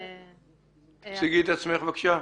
בבקשה.